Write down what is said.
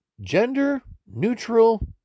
gender-neutral